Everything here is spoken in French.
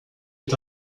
est